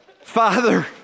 Father